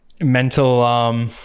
mental